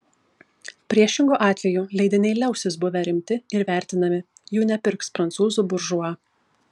priešingu atveju leidiniai liausis buvę rimti ir vertinami jų nepirks prancūzų buržua